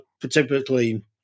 particularly